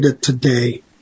today